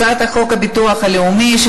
הצעת חוק הביטוח הלאומי (תיקון,